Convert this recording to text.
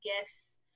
gifts